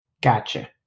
Gotcha